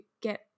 get